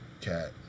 Cat